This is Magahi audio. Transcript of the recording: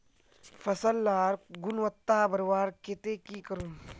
फसल लार गुणवत्ता बढ़वार केते की करूम?